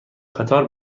قطار